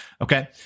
Okay